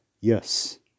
Yes